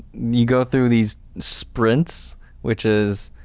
you go through these sprints which is